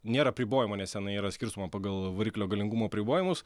nėra apribojimų nes tenai yra skirstoma pagal variklio galingumo apribojimus